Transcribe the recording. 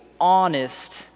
honest